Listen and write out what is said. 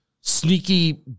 sneaky